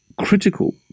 critical